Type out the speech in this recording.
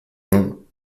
vingts